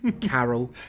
Carol